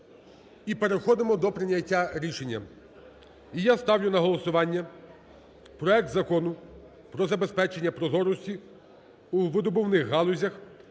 і переходимо до прийняття рішення. І я ставлю на голосування проект Закону про забезпечення прозорості у видобувних галузях